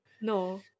No